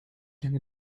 lange